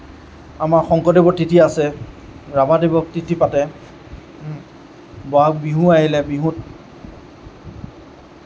আমাৰ শংকৰদেৱৰ তিথি আছে ৰাভা দিৱস তিথি পাতে ব'হাগ বিহু আহিলে বিহুত